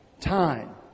time